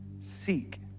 seek